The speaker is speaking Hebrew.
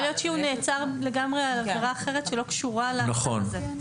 יכול להיות שהוא נעצר לגמרי על עבירה אחרת שלא קשורה לעניין הזה.